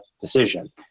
decision